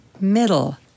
Middle